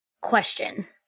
question